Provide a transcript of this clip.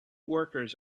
workers